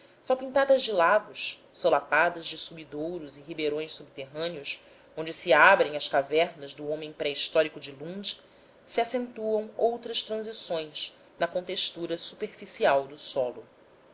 velhas salpintadas de lagos solapadas de sumidouros e ribeirões subterrâneos onde se abrem as cavernas do homem pré histórico de lund se acentuam outras transições na contextura superficial do solo